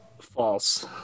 False